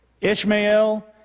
Ishmael